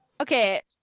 Okay